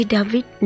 David